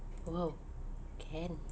!whoa! can